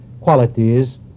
qualities